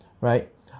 right